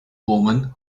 woman